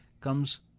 comes